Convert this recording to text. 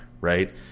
right